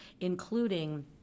including